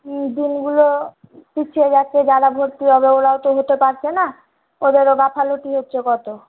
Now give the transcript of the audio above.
হুম দিনগুলো পিছিয়ে যাচ্ছে যারা ভর্তি হবে ওরাও তো হতে পারছে না ওদেরও গাফালতি হচ্ছে কতো